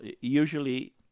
usually